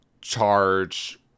charge